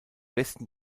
westen